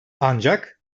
ancak